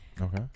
Okay